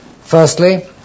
Firstly